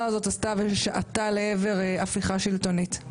הזאת עשתה וששעטה לעבר הפיכה שלטונית.